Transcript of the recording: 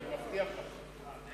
אני מבטיח לך.